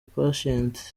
patient